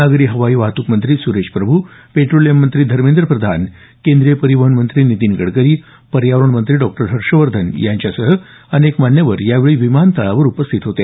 नागरी हवाई वाहतुक मंत्री सुरेश प्रभू पेट्रोलियम मंत्री धर्मेंद्र प्रधान केंद्रीय परिवहन मंत्री नितीन गडकरी पर्यावरण मंत्री डॉ हर्षवर्धन यांच्यासह अनेक मान्यवर यावेळी विमानतळावर उपस्थित होते